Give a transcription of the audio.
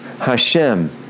Hashem